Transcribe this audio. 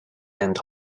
and